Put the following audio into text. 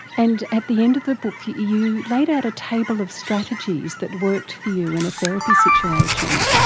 and at the end of the book you laid out a table of strategies that worked for you in a therapy situation.